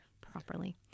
properly